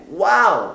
wow